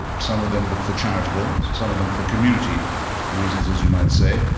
some of them but for charitable, some of them for community reasons as you might say.